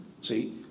See